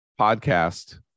podcast